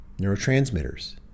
neurotransmitters